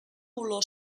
olor